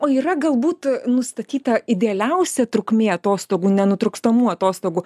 o yra galbūt nustatyta idealiausia trukmė atostogų nenutrūkstamų atostogų